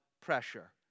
pressure